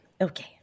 Okay